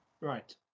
Right